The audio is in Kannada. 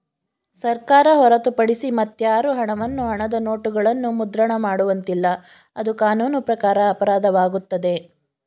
ಸರ್ಕಾರ ಹೊರತುಪಡಿಸಿ ಮತ್ಯಾರು ಹಣವನ್ನು ಹಣದ ನೋಟುಗಳನ್ನು ಮುದ್ರಣ ಮಾಡುವಂತಿಲ್ಲ, ಅದು ಕಾನೂನು ಪ್ರಕಾರ ಅಪರಾಧವಾಗುತ್ತದೆ